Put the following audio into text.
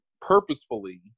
purposefully